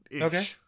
Okay